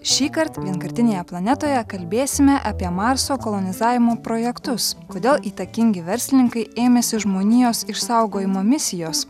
šįkart vienkartinėje planetoje kalbėsime apie marso kolonizavimo projektus kodėl įtakingi verslininkai ėmėsi žmonijos išsaugojimo misijos